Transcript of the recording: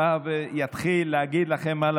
ינצל את הסמכות שלו מול